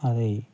அதை